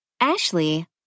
Ashley